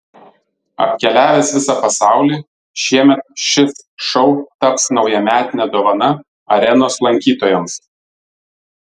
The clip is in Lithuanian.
apkeliavęs visą pasaulį šiemet šis šou taps naujametine dovana arenos lankytojams